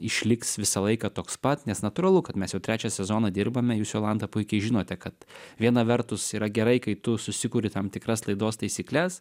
išliks visą laiką toks pat nes natūralu kad mes jau trečią sezoną dirbame jūs jolanta puikiai žinote kad viena vertus yra gerai kai tu susikuri tam tikras laidos taisykles